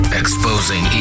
exposing